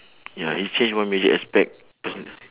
ya if change one major aspect personal